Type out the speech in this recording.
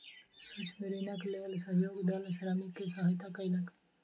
सूक्ष्म ऋणक लेल सहयोग दल श्रमिक के सहयता कयलक